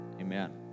Amen